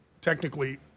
technically